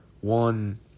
One